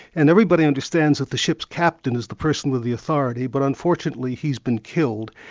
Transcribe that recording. and everybody understands that the ship's captain is the person with the authority but unfortunately he's been killed.